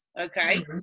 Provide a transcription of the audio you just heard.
okay